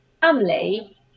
family